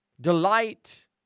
delight